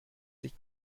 sich